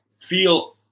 feel